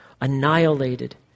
annihilated